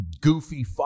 goofy